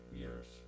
years